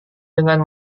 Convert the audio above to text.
dengan